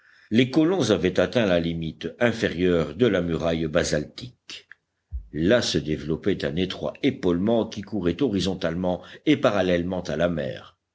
les colons avaient atteint la limite inférieure de la muraille basaltique là se développait un étroit épaulement qui courait horizontalement et parallèlement à la mer